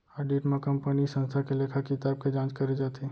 audit म कंपनीय संस्था के लेखा किताब के जांच करे जाथे